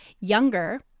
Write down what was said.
younger